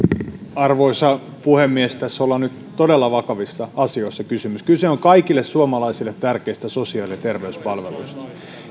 arvoisa puhemies tässä on nyt todella vakavista asioista kysymys kyse on kaikille suomalaisille tärkeistä sosiaali ja terveyspalveluista